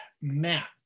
Matt